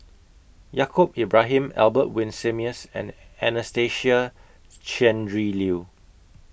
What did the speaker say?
Yaacob Ibrahim Albert Winsemius and Anastasia Tjendri Liew